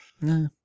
No